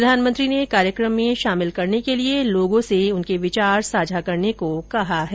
प्रधानमंत्री ने कार्यकम में शामिल करने के लिए लोगों से उनके विचार साझा करने को कहा है